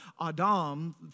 Adam